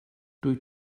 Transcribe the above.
dwyt